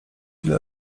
ile